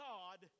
God